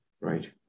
right